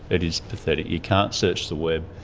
it is pathetic. you can't search the web.